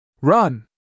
Run